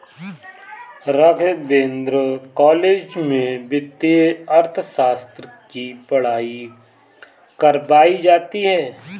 Raghavendra college में वित्तीय अर्थशास्त्र की पढ़ाई करवायी जाती है